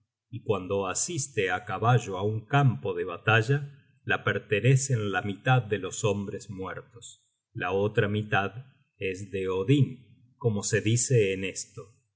y cuando asiste á caballo á un campo de batalla la pertenecen la mitad de los hombres muertos la otra mitad es de odin como se dice en esto